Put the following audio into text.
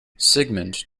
sigmund